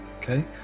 Okay